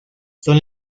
son